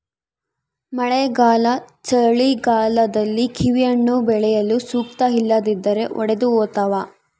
ಮಳೆಗಾಲ ಚಳಿಗಾಲದಲ್ಲಿ ಕಿವಿಹಣ್ಣು ಬೆಳೆಯಲು ಸೂಕ್ತ ಇಲ್ಲದಿದ್ದರೆ ಒಡೆದುಹೋತವ